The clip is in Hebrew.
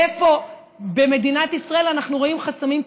ואיפה במדינת ישראל אנחנו רואים חסמים תרבותיים?